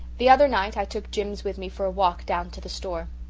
the other night i took jims with me for a walk down to the store.